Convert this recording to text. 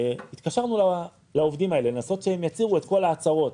התקשרנו לעובדים האלה לנסות שהם יצהירו את כל ההצהרות,